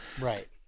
Right